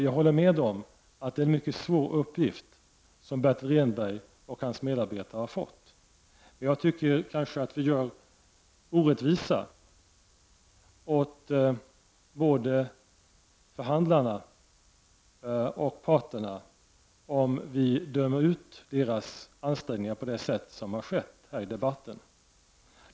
Jag håller med om att det är en mycket svår uppgift som Bertil Rehnberg och hans medarbetare har fått, men man gör både förhandlarna och parterna en orättvisa om man dömer ut deras ansträngningar på det sätt som har skett här i debatten.